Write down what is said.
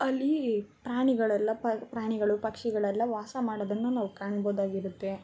ಅಲ್ಲಿ ಪ್ರಾಣಿಗಳೆಲ್ಲ ಪ್ರಾಣಿಗಳು ಪಕ್ಷಿಗಳೆಲ್ಲ ವಾಸ ಮಾಡೋದನ್ನು ನಾವು ಕಾಣ್ಬೋದಾಗಿರುತ್ತೆ